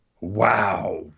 Wow